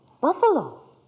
Buffalo